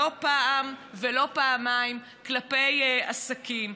לא פעם ולא פעמיים כלפי עסקים.